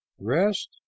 Rest